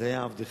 זה היה עבדכם.